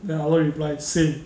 then hao en reply same